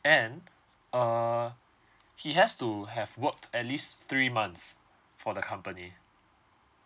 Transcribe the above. and uh he has to have worked at least three months for the company